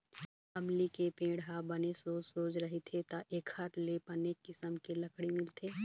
अमली के पेड़ ह बने सोझ सोझ रहिथे त एखर ले बने किसम के लकड़ी मिलथे